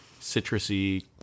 citrusy